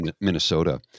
Minnesota